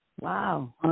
Wow